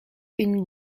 une